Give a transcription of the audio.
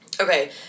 Okay